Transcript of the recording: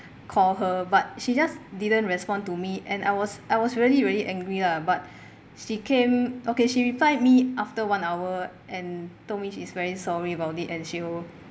call her but she just didn't respond to me and I was I was really really angry lah but she came okay she replied me after one hour and told me she's very sorry about it and she will